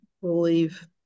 believe